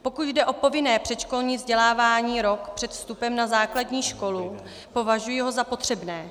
Pokud jde o povinné předškolní vzdělávání rok před vstupem na základní školu, považuji ho za potřebné.